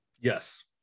yes